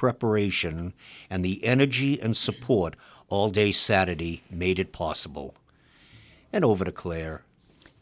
preparation and the energy and support all day saturday made it possible and over to clare